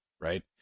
right